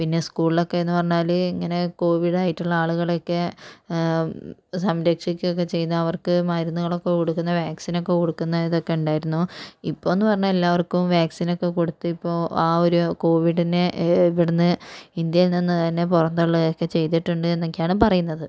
പിന്നെ സ്കൂളുകളിലക്കേന്ന് പറഞ്ഞാല് ഇങ്ങനെ കോവിഡായിട്ടുള്ള ആളുകളക്കെ സംരക്ഷിക്കുവൊക്കെ ചെയ്യുന്നവർക്ക് മരുന്നുകളൊക്കെ കൊടുക്കുന്ന വാക്സിനക്കെ കൊടുക്കുന്ന ഇതൊക്കെയുണ്ടായിരുന്നു ഇപ്പോന്ന് പറഞ്ഞാൽ എല്ലാവർക്കും വാക്സിനൊക്കെ കൊടുത്തിപ്പോൾ ആ ഒരു കോവിഡിനെ ഇവിടുന്ന് ഇന്ത്യയിൽ നിന്ന് തന്നെ പുറം തള്ളുകയൊക്കെ ചെയ്തിട്ടുണ്ട് എന്നക്കെയാണ് പറയുന്നത്